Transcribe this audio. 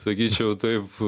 sakyčiau taip